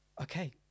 Okay